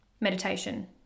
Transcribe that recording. meditation